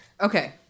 Okay